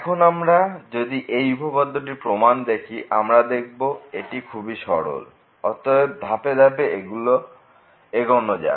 এখন আমরা যদি এই উপপাদ্যটির প্রমাণ দেখি আমরা দেখব এটি খুবই সরল অতএব ধাপে ধাপে এগুনো যাক